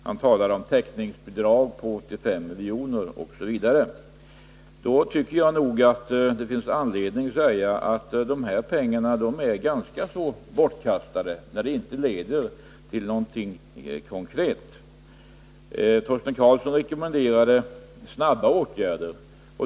Han talar också om ett förlusttäckningsbidrag på 25 milj.kr. Det finns all anledning att säga att dessa pengar är ganska bortkastade, när de inte leder till någonting konkret. Torsten Karlsson rekommenderade snabba åtgärder.